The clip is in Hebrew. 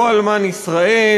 לא אלמן ישראל,